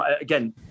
again